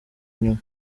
inyuma